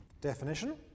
Definition